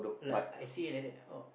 like I see it like that oh